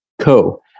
Co